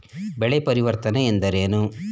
ಬೆಳೆ ಪರಿವರ್ತನೆ ಎಂದರೇನು?